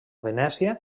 venècia